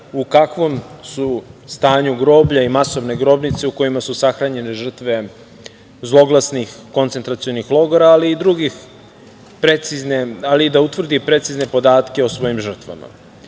u kakvom su stanju groblja i masovne grobnice u kojima su sahranjene žrtve zloglasnih koncentracionih logora, ali i da utvrdi precizne podatke o svojim